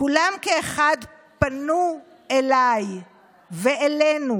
כולם כאחד פנו אליי ואלינו